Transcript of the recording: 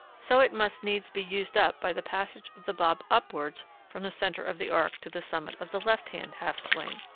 so it must needs be used up by the passage of the bob upwards from the centre of the arc to the summit of the left-hand half-swing.